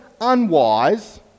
unwise